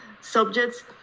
subjects